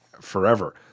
forever